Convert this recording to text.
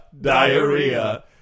Diarrhea